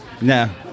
No